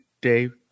Dave